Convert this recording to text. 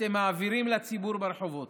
אתם מעבירים לציבור ברחובות?